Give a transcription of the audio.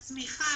הצמיחה,